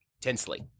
Tensely